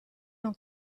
non